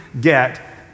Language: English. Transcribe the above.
get